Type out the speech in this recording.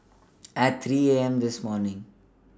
At three A M This morning